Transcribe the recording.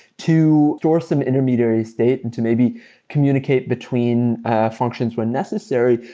to store some intermediary state and to maybe communicate between functions when necessary.